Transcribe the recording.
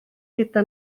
gyda